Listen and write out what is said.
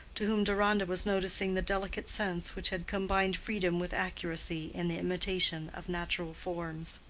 to whom deronda was noticing the delicate sense which had combined freedom with accuracy in the imitation of natural forms.